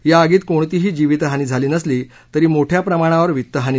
या आगीत कोणतीही जीवितहानी झाली नसली तरी मोठ्या प्रमाणावर वित्तहानी झाली